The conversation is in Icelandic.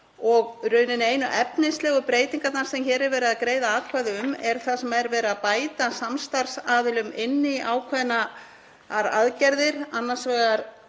eru einu efnislegu breytingarnar sem hér er verið að greiða atkvæði um þær að verið er að bæta samstarfsaðilum inn í ákveðnar aðgerðir, annars vegar